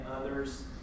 others